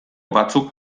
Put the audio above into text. batzuk